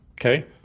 Okay